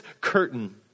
curtain